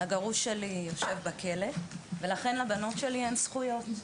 הגרוש שלי יושב בכלא ולכן לבנות שלי אין זכויות.